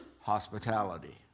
hospitality